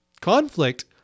Conflict